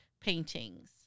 paintings